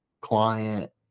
client